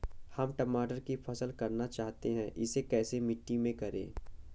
हम टमाटर की फसल करना चाहते हैं इसे कैसी मिट्टी में करें?